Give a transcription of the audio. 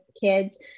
kids